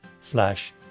slash